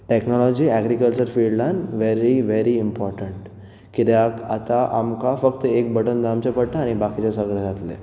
technology agriculture फिल्डान very very important कित्याक आतां आमकां फक्त एक बटन दामचे पडटा आनी बाकीचें सगळें जातलें